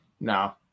no